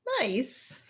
Nice